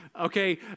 okay